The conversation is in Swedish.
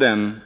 Den